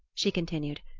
she continued,